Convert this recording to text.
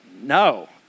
no